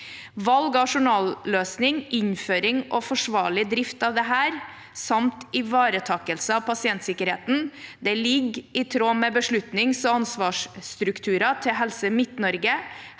Valg av journalløsning, innføring og forsvarlig drift av dette samt ivaretakelse av pasientsikkerheten ligger, i tråd med beslutnings- og ansvarsstrukturer, til Helse Midt-Norge,